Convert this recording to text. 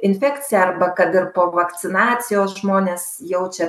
infekcija arba kad ir po vakcinacijos žmonės jaučia